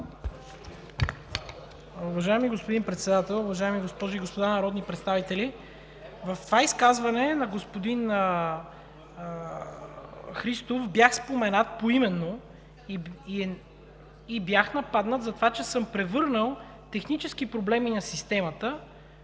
Уважаеми господин Председател, уважаеми госпожи и господа народни представители! В изказването на господин Христов бях споменат поименно и бях нападнат за това, че съм превърнал технически проблеми на система